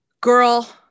Girl